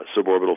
suborbital